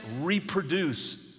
reproduce